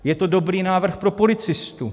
Je to dobrý návrh pro policistu.